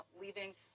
leaving